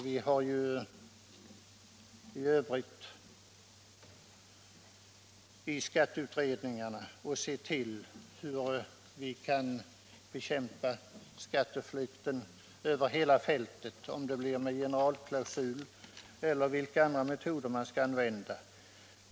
Vi har ju i övrigt i skatteutredningarna att se på hur vi skall kunna bekämpa skatteflykten över hela fältet — om det blir med en generalklausul eller vilka andra metoder man skall använda.